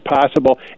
possible